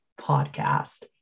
podcast